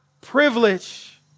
privilege